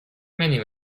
many